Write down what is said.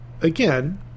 again